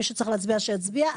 מי שצריך להצביע יצביע,